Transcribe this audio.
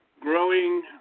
growing